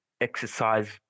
exercise